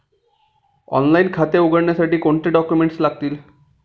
Online खाते उघडण्यासाठी कोणते डॉक्युमेंट्स लागतील?